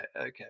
okay